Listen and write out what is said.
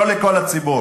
לא לכל הציבור.